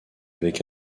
avec